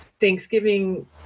thanksgiving